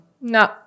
no